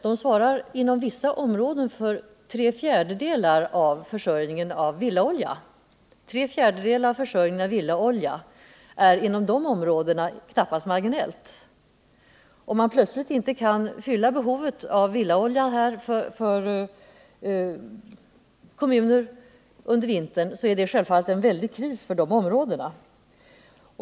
De svarar inom vissa områden för tre fjärdedelar av försörjningen av villaolja, vilket inom de områdena knappast är marginellt. Om man plötsligt inte kan fylla behovet av villaolja under vintern, så innebär det självfallet en väldig kris för de områdena.